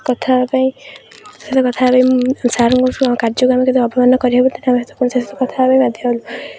କଥା ହେବା ପାଇଁ କଥା ହେବା ପାଇଁ ସାର୍ଙ୍କ କାର୍ଯ୍ୟକ୍ରମ ଆମେ କେବେ ଅବମାନନା କରିବା କଥା ପାଇଁ ବାଧ୍ୟ ହେଲୁ